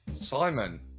Simon